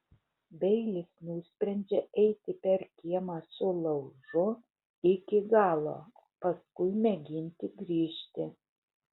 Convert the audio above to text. beilis nusprendžia eiti per kiemą su laužu iki galo paskui mėginti grįžti